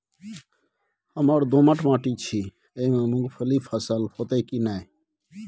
हमर दोमट माटी छी ई में मूंगफली के फसल होतय की नय?